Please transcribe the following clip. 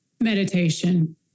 Meditation